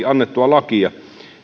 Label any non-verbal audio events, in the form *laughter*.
*unintelligible* annettua lakia